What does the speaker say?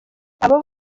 abo